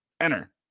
Enter